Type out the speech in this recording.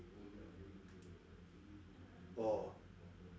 orh